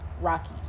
rocky